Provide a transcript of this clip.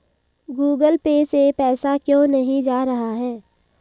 Google Pay से पैसा क्यों नहीं जा रहा है?